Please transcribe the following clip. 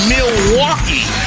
Milwaukee